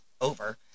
over